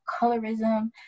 colorism